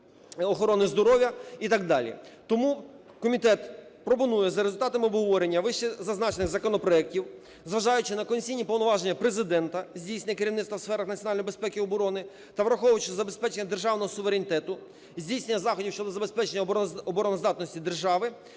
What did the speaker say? охорони здоров'я і так далі. Тому комітет пропонує, за результатами обговорення вищезазначених законопроектів, зважаючи на конституційні повноваження Президента, здійснення керівництва у сферах національної безпеки і оборони та, враховуючи забезпечення державного суверенітету, здійснення заходів щодо забезпечення обороноздатності держав,